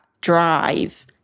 drive